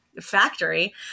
factory